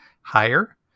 higher